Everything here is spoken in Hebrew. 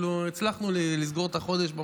הצלחנו לסגור את החודש,